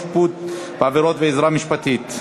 שיפוט בעבירות ועזרה משפטית)